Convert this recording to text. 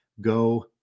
go